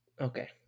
Okay